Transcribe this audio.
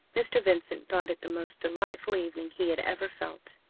mr. vincent thought it the most delightful evening he had ever felt.